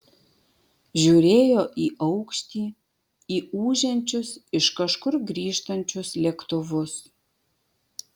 žiūrėjo į aukštį į ūžiančius iš kažkur grįžtančius lėktuvus